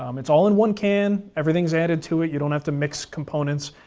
um it's all in one can, everything is added to it. you don't have to mix components,